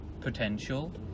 potential